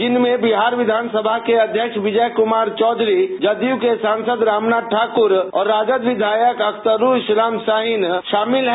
जिनमें बिहार विधानसभा के अध्यक्ष विजय कुमार चोधरी जदयू के सासंद रामनाथ ठाक्र और राजद विधायक अख्तरूल इस्लाम शाहीन शामिल हैं